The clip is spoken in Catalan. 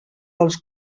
dels